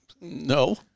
No